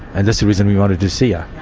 and that's the reason we wanted to see her.